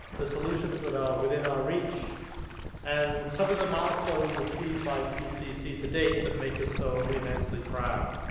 the solutions that are within our reach and some of the milestones achieved by pcc today that make us so immensely proud.